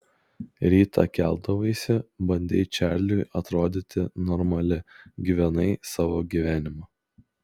rytą keldavaisi bandei čarliui atrodyti normali gyvenai savo gyvenimą